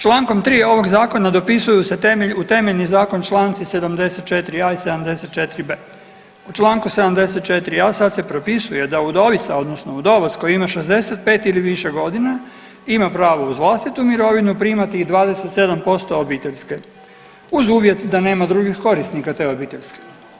Čl. 3. ovog zakona dopisuju se temelj, u temeljni zakon čl. 74.a.i 74.b., u čl. 74.a. sad se propisuje da udovica odnosno udovac koji ima 65 ili više godina ima pravo uz vlastitu mirovinu primati i 27% obiteljske uz uvjet da nema drugih korisnika te obiteljske.